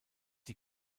die